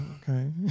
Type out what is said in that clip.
okay